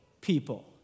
people